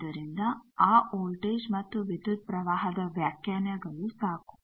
ಆದ್ದರಿಂದ ಆ ವೋಲ್ಟೇಜ್ ಮತ್ತು ಪ್ರಸ್ತುತ ವ್ಯಾಖ್ಯಾನಗಳು ಸಾಕು